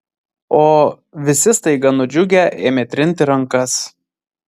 o visi staiga nudžiugę ėmė trinti rankas